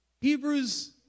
Hebrews